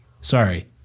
Sorry